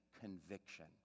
conviction